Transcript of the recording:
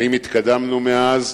האם התקדמנו מאז?